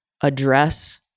address